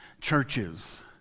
churches